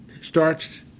starts